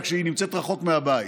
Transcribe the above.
רק שהיא נמצאת רחוק מהבית.